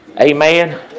Amen